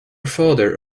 father